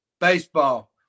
Baseball